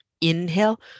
Inhale